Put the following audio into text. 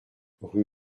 rue